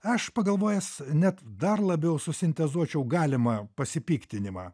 aš pagalvojęs net dar labiau susintezuočiau galimą pasipiktinimą